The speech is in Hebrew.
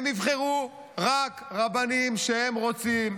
הם יבחרו רק רבנים שהם רוצים,